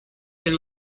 been